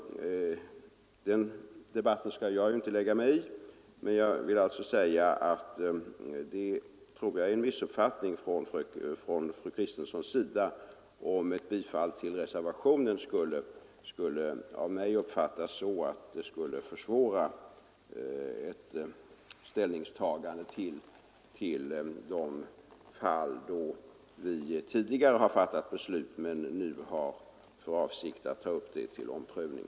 Den debatten skall jag inte lägga mig i, men jag vill säga att det nog är en missuppfattning om fru Kristensson tror att ett bifall till reservationen skulle av mig uppfattas så att det skulle försvåra ett ställningstagande i de fall där vi tidigare har fattat beslut men nu har för avsikt att göra en omprövning.